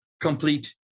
complete